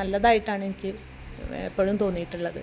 നല്ലതായിട്ടാണ് എനിക്ക് എപ്പോഴും തോന്നീട്ടുള്ളത്